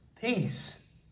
Peace